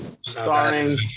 starring